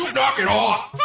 knock it off?